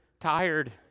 tired